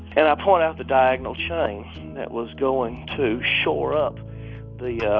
and i point out the diagonal chain that was going to shore up the yeah